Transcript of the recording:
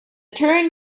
turin